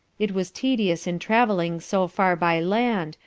it was tedious in travelling so far by land,